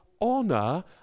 honor